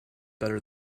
better